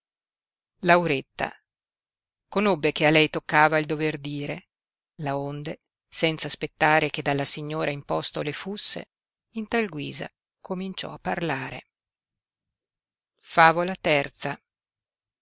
sedeva conobbe che a lei toccava il dover dire laonde senza aspettare che dalla signora imposto le fusse in tal guisa cominciò a parlare favola iii